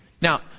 Now